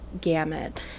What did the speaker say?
gamut